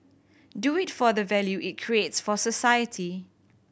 do it for the value it creates for society